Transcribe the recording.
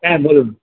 হ্যাঁ বলুন